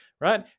right